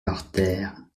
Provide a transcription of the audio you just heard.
parterres